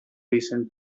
reason